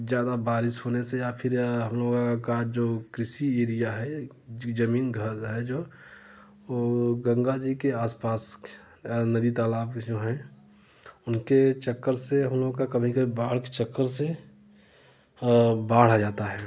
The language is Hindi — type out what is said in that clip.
ज़्यादा बारिश होने से या फिर हम लोगों का जो क़ृषि एरिया है जमीन घर है जो वो गंगा जी के आसपास नदी तालाब जो हैं उनके चक्कर से कभी कभी बाढ़ के चक्कर से बाढ़ आ जाता है